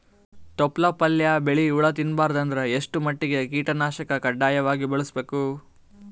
ತೊಪ್ಲ ಪಲ್ಯ ಬೆಳಿ ಹುಳ ತಿಂಬಾರದ ಅಂದ್ರ ಎಷ್ಟ ಮಟ್ಟಿಗ ಕೀಟನಾಶಕ ಕಡ್ಡಾಯವಾಗಿ ಬಳಸಬೇಕು?